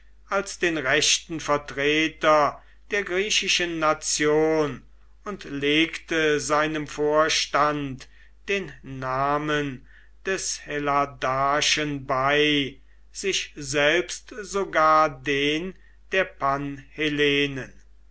als den rechten vertreter der griechischen nation und legte seinem vorstand den namen des helladarchen bei sich selbst sogar den der